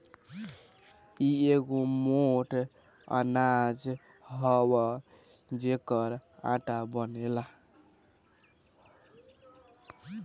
इ एगो मोट अनाज हअ जेकर आटा बनेला